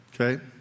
Okay